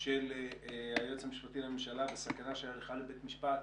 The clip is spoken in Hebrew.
של היועץ המשפטי לממשלה וסכנה של הליכה לבית משפט,